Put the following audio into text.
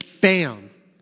bam